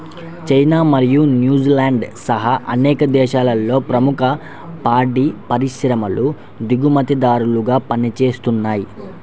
China మరియు న్యూజిలాండ్తో సహా అనేక దేశాలలో ప్రముఖ పాడి పరిశ్రమలు దిగుమతిదారులుగా పనిచేస్తున్నయ్